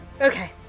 Okay